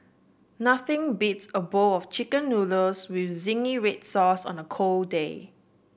nothing beats a bowl of chicken noodles with zingy red sauce on a cold day